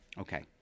Okay